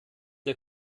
der